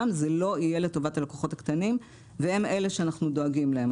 זה לא יהיה לטובת הלקוחות הקטנים והם אלה שאנחנו דואגים להם.